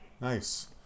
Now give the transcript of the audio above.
Nice